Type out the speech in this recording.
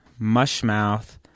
Mushmouth